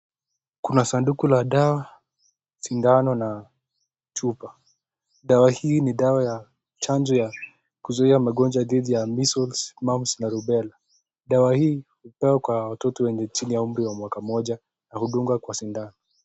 Kuna sanduku la dawa, sindano na chupa. Dawa hii ni dawa ya chanjo ya kuzuia ugonjwa wa [measles, mumbs na Rubela]. Dawa hii hupewa kwa watoto wa chini ya umri wa miaka mmoja na hudungwa kwa sindano.